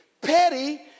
petty